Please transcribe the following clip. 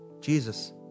Jesus